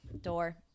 Door